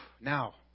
Now